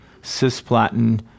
cisplatin